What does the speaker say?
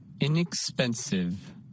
Inexpensive